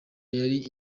yari